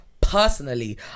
personally